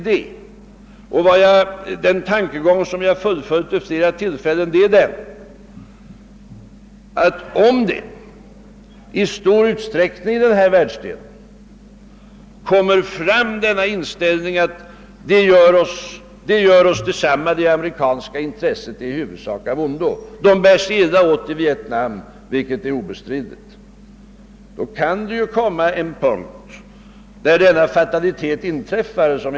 Den tankegång jag fullföljt vid flera tillfällen är att det är beklagligt om den inställningen i stor utsträckning kommer fram i vår världsdel att det gör detsamma med det amerikanska intresset för Europa, ty detta intresse skulle mest vara av ondo, amerikanerna kan hålla till i Asien och för övrigt bär de sig illa åt i Vietnam. Det kan uppstå en situation då den fataliteten inträffar att Förenta staterna säger: Ja, vi behöver inte längre bry oss så mycket om Europa.